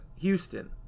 Houston